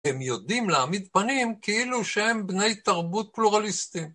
הם יודעים להעמיד פנים כאילו שהם בני תרבות פלוראליסטיים.